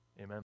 Amen